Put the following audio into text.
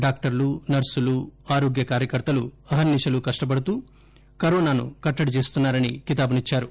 డాక్టర్లు నర్సులు ఆరోగ్య కార్యకర్తలు అహర్ని శల కష్ణపడుతూ కరోనాను కట్టడి చేస్తున్నా రని కితాబునిచ్చారు